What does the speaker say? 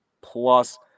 Plus